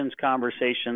conversations